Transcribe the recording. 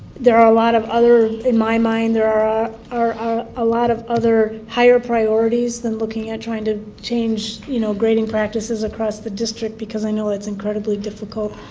there are a lot of other, in my mind there are are ah lot of other higher priorities than looking at trying to change, you know, grading practices across the district because i know that's incredibly difficult